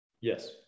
Yes